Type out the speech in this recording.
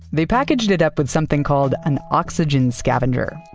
they packaged it up with something called an oxygen scavenger,